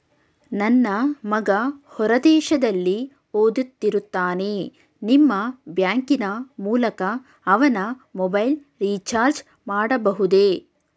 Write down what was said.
ನನ್ನ ಮಗ ಹೊರ ದೇಶದಲ್ಲಿ ಓದುತ್ತಿರುತ್ತಾನೆ ನಿಮ್ಮ ಬ್ಯಾಂಕಿನ ಮೂಲಕ ಅವನ ಮೊಬೈಲ್ ರಿಚಾರ್ಜ್ ಮಾಡಬಹುದೇ?